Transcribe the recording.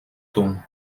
turm